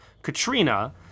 Katrina